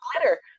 glitter